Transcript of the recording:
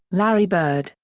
larry bird,